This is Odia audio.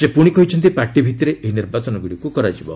ସେ ପୁଣି କହିଛନ୍ତି ପାର୍ଟି ଭିତ୍ତିରେ ଏହି ନିର୍ବାଚନଗୁଡ଼ିକୁ କରାଯିବ